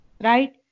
right